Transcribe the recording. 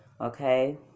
okay